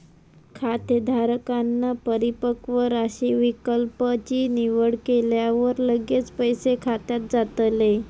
खातेधारकांन परिपक्व राशी विकल्प ची निवड केल्यावर लगेच पैसे खात्यात जातले